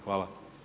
Hvala.